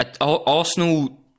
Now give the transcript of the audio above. Arsenal